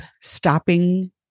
stopping